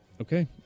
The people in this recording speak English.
Okay